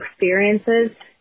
experiences